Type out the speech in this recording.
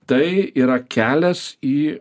tai yra kelias į